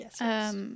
yes